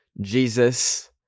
Jesus